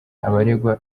abaregwa